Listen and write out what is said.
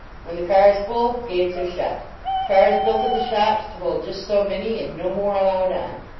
when the car s full, gates are shut cars built at the shops to hold just so many, and no more allowed on.